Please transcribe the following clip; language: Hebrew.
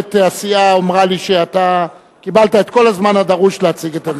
מנהלת הסיעה אמרה לי שקיבלת את כל הזמן הדרוש להציג את הנושא.